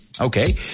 Okay